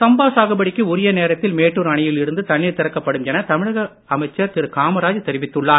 சம்பா சாகுபடிக்கு உரிய நேரத்தில் மேட்டூர் அணையில் இருந்து தண்ணீர் திறக்கப்படும் என தமிழக அமைச்சர் திரு காமராஜ் தெரிவித்துள்ளார்